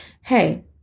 hey